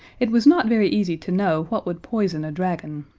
it was not very easy to know what would poison a dragon,